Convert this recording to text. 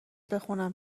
بخونم